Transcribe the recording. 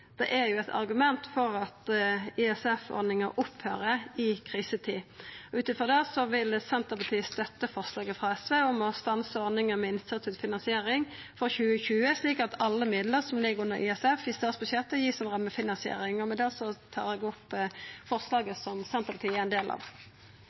er eit argument for at ISF-ordninga må opphøyra i krisetid. Ut frå det vil Senterpartiet støtta forslaget frå SV om å stansa ordninga med innsatsstyrt finansiering for 2020, slik at alle midlane som ligg under ISF i statsbudsjettet, vert gitt som rammefinansiering. Med det tar eg opp forslaget frå Senterpartiet og SV. Representanten Kjersti Toppe har tatt opp det forslaget